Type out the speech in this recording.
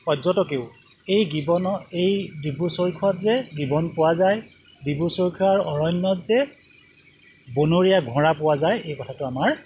পৰ্যটকেও এই গিবনৰ এই ডিব্ৰু চৈখোৱাত যে গিবন পোৱা যায় ডিব্ৰু চৈখোৱাৰ অৰণ্যত যে বনৰীয়া ঘোঁৰা পোৱা যায় এই কথাটো আমাৰ